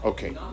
Okay